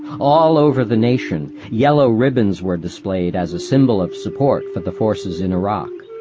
all over the nation yellow ribbons were displayed as a symbol of support for the forces in iraq.